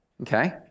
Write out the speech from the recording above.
Okay